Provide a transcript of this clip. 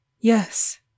Yes